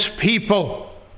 people